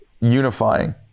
unifying